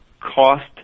cost